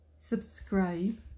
Subscribe